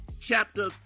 chapter